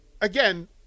again